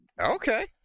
Okay